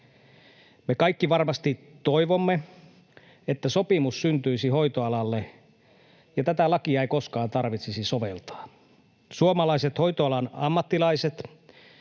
Me kaikki varmasti toivomme, että sopimus syntyisi hoitoalalle ja tätä lakia ei koskaan tarvitsisi soveltaa. Suomalaiset hoitoalan ammattilaiset